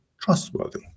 trustworthy